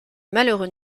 malheureux